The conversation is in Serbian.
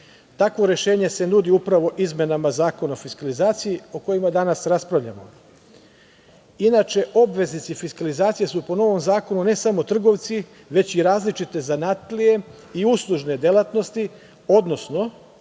Takvo rešenje se nudi, upravo izmenama Zakona o fiskalizaciji, o kojima danas raspravljamo. Obveznici fiskalizacije su po novom zakonu, ne samo trgovci, već i različite zanatlije i uslužne delatnosti, odnosno